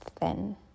thin